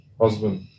husband